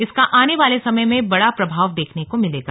इसका आने वाले समय में बड़ा प्रभाव देखने को मिर्लेगा